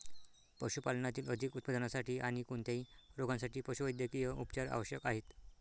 पशुपालनातील अधिक उत्पादनासाठी आणी कोणत्याही रोगांसाठी पशुवैद्यकीय उपचार आवश्यक आहेत